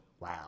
Wow